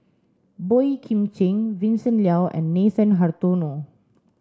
Boey Kim Cheng Vincent Leow and Nathan Hartono